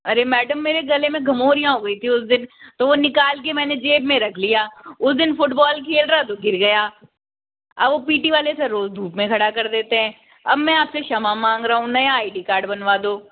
अरे मैडम मेरे गले में घमोरियां हो गई थी तो उस दिन तो वो निकाल के मैंने जेब में रख लिया उस दिन फुटबॉल खेल रहा तो घिर गया अब वो पी टी वाले सर रोज धूप में खड़ा कर देते है अब मैं आपसे क्षमा मांग रहा हूँ नया आई डी कार्ड बनवा दो